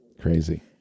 Crazy